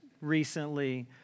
recently